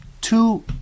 two